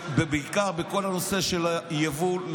בעיקר בכל הנושא של היבוא,